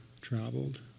traveled